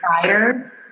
prior